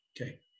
Okay